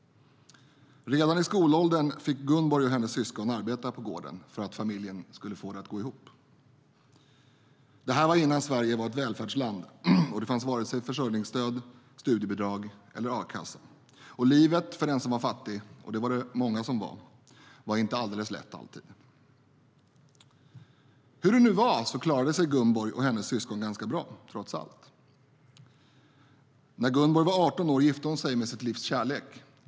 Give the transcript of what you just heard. Redan i skolåldern fick Gunborg och hennes syskon arbeta på gården för att familjen skulle få det att gå ihop. Hur det nu var klarade sig Gunborg och hennes syskon ganska bra. När Gunborg var 18 år gifte hos sig med sitt livs kärlek.